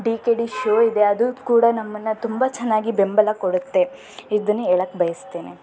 D K D show ಇದೆ ಅದೂ ಕೂಡ ನಮ್ಮನ್ನು ತುಂಬ ಚೆನ್ನಾಗಿ ಬೆಂಬಲ ಕೊಡುತ್ತೆ ಇದನ್ನು ಹೇಳಕ್ಕೆ ಬಯಸ್ತೀನಿ